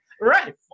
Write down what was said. Right